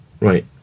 right